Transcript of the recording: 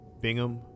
Bingham